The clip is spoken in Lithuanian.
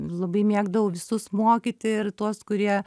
labai mėgdavau visus mokyti ir tuos kurie